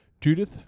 Judith